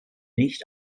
nicht